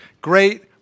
great